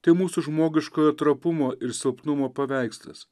tai mūsų žmogiškojo trapumo ir silpnumo paveikslas